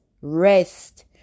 rest